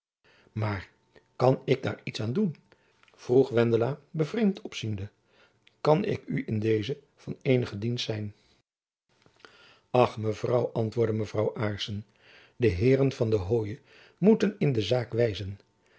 maar kan ik daar iets aan doen vroeg wendela bevreemd opziende kan ik u in dezen van eenige dienst zijn ach mevrouw antwoordde mevrouw aarssen de heeren van den hoye moeten in de zaak wijzen